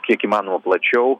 kiek įmanoma plačiau